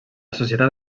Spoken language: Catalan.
societat